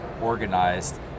organized